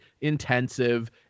intensive